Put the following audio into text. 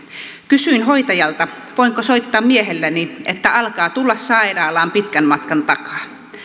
kysyin hoitajalta voinko soittaa miehelleni että alkaa tulla sairaalaan pitkän matkan takaa